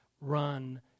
run